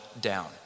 down